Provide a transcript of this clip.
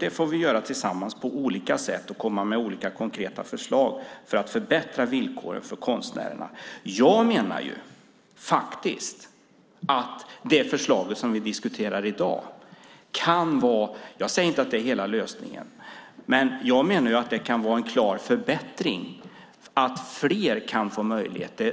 det får vi göra tillsammans på olika sätt - kommer med olika, konkreta förslag för att förbättra villkoren för konstnärerna. Jag menar att det förslag som vi diskuterar i dag - jag säger inte att det är hela lösningen - kan vara en klar förbättring, att fler kan få möjligheter.